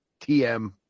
TM